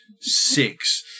six